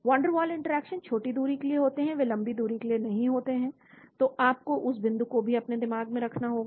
van der Waals interaction छोटी दूरी के लिए होते हैं वे लंबी दूरी के लिए नहीं होते हैं तो आपको उस बिंदु को भी अपने दिमाग में रखना होगा